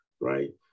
right